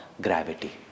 gravity